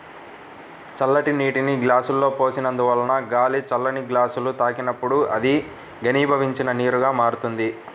చల్లటి నీటిని గ్లాసులో పోసినందువలన గాలి ఆ చల్లని గ్లాసుని తాకినప్పుడు అది ఘనీభవించిన నీరుగా మారుతుంది